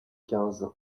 quinze